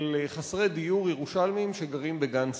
של חסרי דיור ירושלמים שגרים בגן-סאקר.